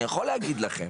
אני יכול להגיד לכם,